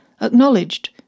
acknowledged